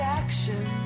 action